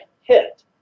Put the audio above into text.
hit